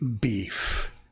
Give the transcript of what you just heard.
beef